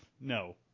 no